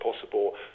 possible